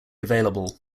available